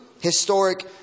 historic